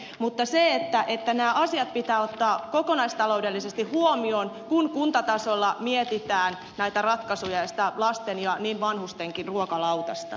mutta nämä asiat pitää ottaa kokonaistaloudellisesti huomioon kun kuntatasolla mietitään näitä ratkaisuja ja sitä lasten ja vanhustenkin ruokalautasta